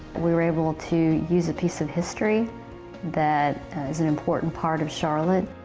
we were able to use a piece of history that is an important part of charlotte.